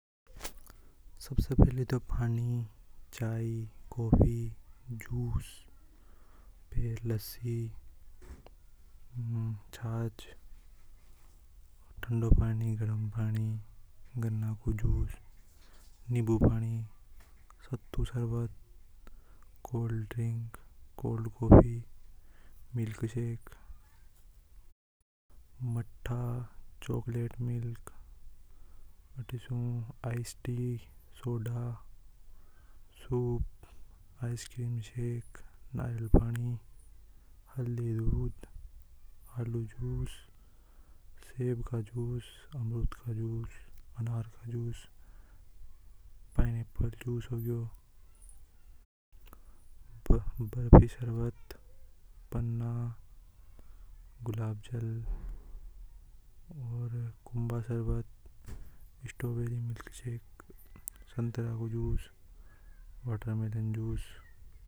﻿सबसे पहले तो पानी चाय कॉफी जूस छाछ ठंडा पानी गर्म पानी गाना को जूस नींबू पानी सत्तू सरवत cold drink. Cold coffee, milk shake, मट्ठा, chocolate, milk, soda soup, ice cream shake, नारियल पानी, हल्दी दूध, आलू जूस, सेब का जूस, अमरूद का जूस, अनार का जूस, पाइनएप्पल जूस, पन्ना, गुलाब जल और कुम्भा सर्वद स्ट्रॉबेरी मिल्कशेक संतरा को जूस, वाटरमेलन जूस।